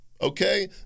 okay